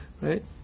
Right